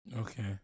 Okay